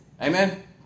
Amen